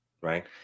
right